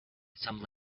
some